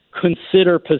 consider